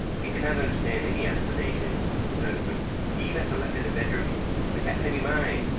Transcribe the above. he could not understand any explanation, said evans. he even selected a bedroom which happened to be mine,